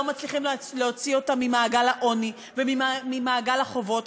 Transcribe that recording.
מצליחים להוציא אותם ממעגל העוני וממעגל החובות.